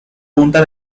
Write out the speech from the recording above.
junta